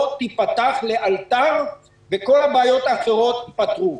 תיפתח לאלתר וכל הבעיות האחרות ייפתרו.